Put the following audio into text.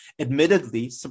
admittedly